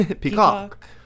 Peacock